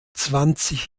zwanzig